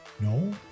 No